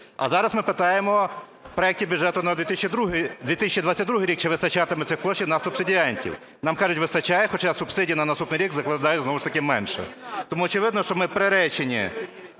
А зараз ми питаємо в проекті бюджету на 2022 рік, чи вистачатиме цих коштів на субсидіантів. Нам кажуть, вистачає, хоча субсидії на наступний рік закладає знов ж таки менше. Тому очевидно, що ми приречені